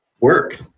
work